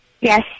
Yes